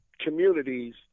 communities